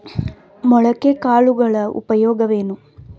ಮೊಳಕೆ ಕಾಳುಗಳ ಉಪಯೋಗವೇನು?